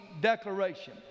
declaration